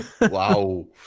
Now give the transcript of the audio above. Wow